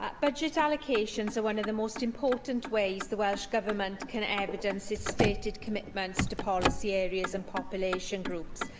but budget allocations one of the most important ways the welsh government can evidence its stated commitments to policy areas and population groups.